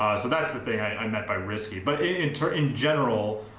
so that's the thing i met by risky but in turn in general,